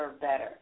better